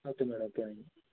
okay madam okay